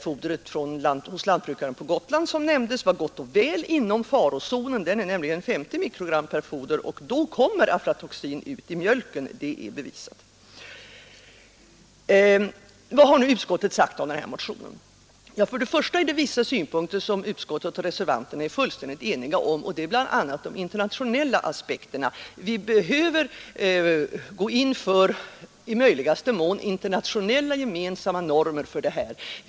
Fodret hos lantbrukaren på Gotland, som jag tidigare nämnde, var gott och väl inom farozonen, som är 50 mikrogram per kilogram foder. Med en sådan halt kommer aflatoxinet ut i mjölken, det är bevisat. Vad har nu utskottet sagt om den här motionen? Till att börja med är utskottsmajoriteten och vi reservanter eniga om vissa synpunkter, bl.a. de internationella aspekterna. Vi behöver gå in för att i möjligaste mån få internationella gemensamma normer i det här sammanhanget.